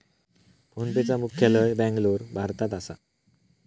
फोनपेचा मुख्यालय बॅन्गलोर, भारतात असा